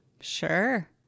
Sure